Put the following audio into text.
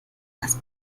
das